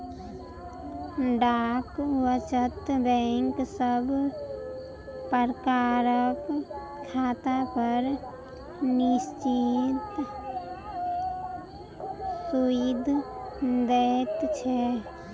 डाक वचत बैंक सब प्रकारक खातापर निश्चित सूइद दैत छै